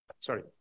Sorry